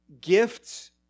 gifts